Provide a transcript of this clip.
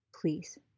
Please